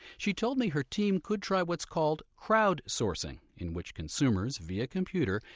she told me her team could try what's called crowd sourcing, in which consumers, via computer,